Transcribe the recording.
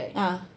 a'ah